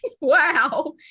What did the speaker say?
wow